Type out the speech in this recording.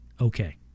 Okay